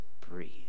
breathe